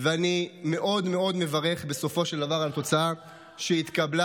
ואני מאוד מאוד מברך בסופו של דבר על התוצאה שהתקבלה.